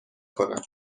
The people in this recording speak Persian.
کنم